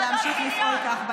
ולהמשיך לפעול כך בהמשך.